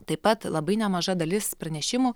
taip pat labai nemaža dalis pranešimų